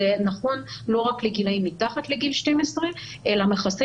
זה נכון לא רק למתחת לגיל 12 אלא מכסה